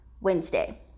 Wednesday